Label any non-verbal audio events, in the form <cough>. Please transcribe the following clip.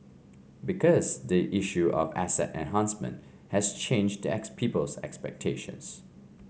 because the issue of asset enhancement has changed the <unintelligible> people's expectations